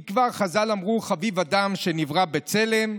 כי כבר חז"ל אמרו "חביב אדם שנברא בצלם",